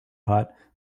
pot